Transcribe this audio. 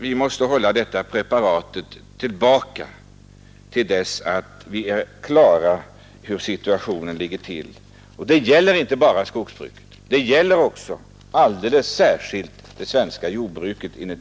Vi måste hålla dessa preparat tillbaka till dess vi är klara över hur situationen ligger till. Och detta gäller, som sagt, inte bara skogsbruket, utan det gäller enligt mitt förmenande alldeles särskilt det svenska jordbruket.